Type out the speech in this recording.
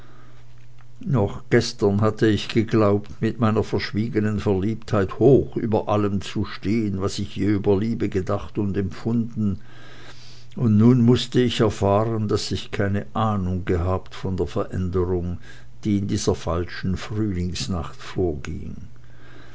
noch gestern hatte ich geglaubt mit meiner verschwiegenen verliebtheit hoch über allem zu stehen was ich je über liebe gedacht und empfunden und nun mußte ich erfahren daß ich keine ahnung gehabt von der veränderung die in dieser falschen frühlingsnacht vorging